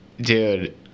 Dude